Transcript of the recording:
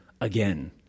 again